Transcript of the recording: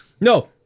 No